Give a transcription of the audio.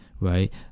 right